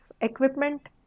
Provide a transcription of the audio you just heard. equipment